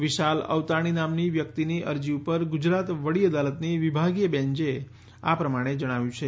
વિશાલ અવતાણી નામની વ્યક્તિની અરજી ઉપર ગુજરાત વડી અદાલતની વિભાગીય બેન્ચે આ પ્રમાણે જણાવ્યું છે